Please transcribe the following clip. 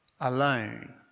alone